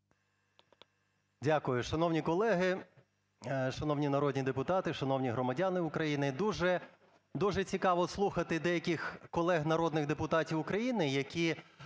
Дякую. Шановні колеги, шановні народні депутати, шановні громадяни України! Дуже цікаво слухати деяких колег народних депутатів України, які